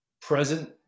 present